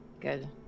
Good